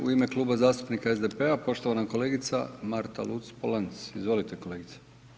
U ime Kluba zastupnika SDP-a, poštovana kolegica Marta Luc-Polanc, izvolite kolegice.